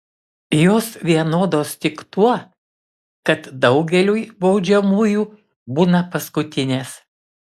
jos vienodos tik tuo kad daugeliui baudžiamųjų būna paskutinės